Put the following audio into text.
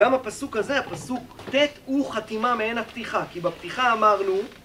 גם הפסוק הזה, הפסוק ט' הוא חתימה מעין הפתיחה, כי בפתיחה אמרנו...